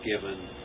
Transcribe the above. given